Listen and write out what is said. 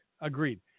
agreed